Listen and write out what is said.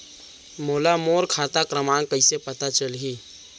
मोला मोर खाता क्रमाँक कइसे पता चलही?